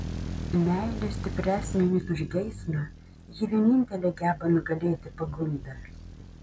meilė stipresnė net už geismą ji vienintelė geba nugalėti pagundą